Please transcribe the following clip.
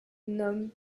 nomme